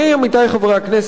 עמיתי חברי הכנסת,